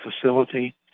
facility